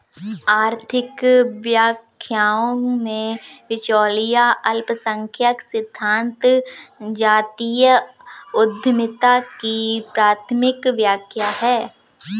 आर्थिक व्याख्याओं में, बिचौलिया अल्पसंख्यक सिद्धांत जातीय उद्यमिता की प्राथमिक व्याख्या है